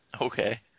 Okay